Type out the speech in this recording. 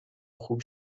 خوب